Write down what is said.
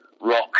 rock